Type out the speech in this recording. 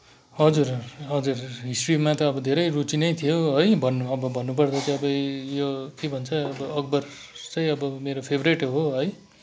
हजुर हजुर हिस्ट्रीमा त अब धेरै रुचि नै थियो है भन्नु अब भन्नु पर्दा चाहिँ अब यो के भन्छ अकबर चाहिँ मेरो फेभरेट हो है